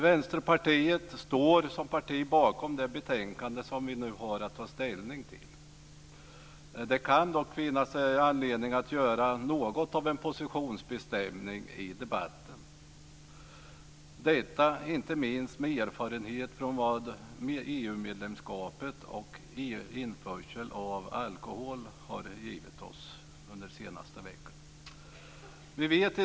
Vänsterpartiet står bakom det betänkande som vi nu har att ta ställning till. Det kan dock finnas anledning att göra något av en positionsbestämning i debatten, inte minst med tanke på erfarenheterna från den senaste veckan av vad EU-medlemskapet har givit oss i form av införsel av alkohol.